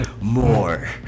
more